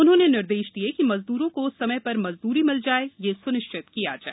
उन्होंने निर्देश दिए कि मजद्रों को समय पर मजद्री मिल जाए यह सुनिश्चित किया जाए